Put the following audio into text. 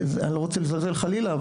אני לא רוצה לזלזל חלילה,